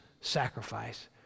sacrifice